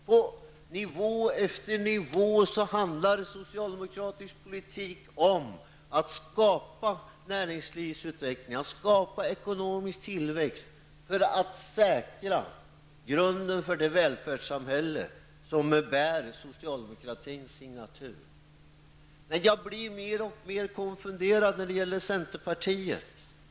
På nivå efter nivå handlar socialdemokratisk politik om att skapa näringslivsutveckling, att skapa ekonomisk tillväxt, för att säkra grunden för det välfärdssamhälle som bär socialdemokratins signatur. Jag blir mer och mer konfunderad när det gäller centerpartiet.